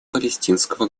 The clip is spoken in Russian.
палестинского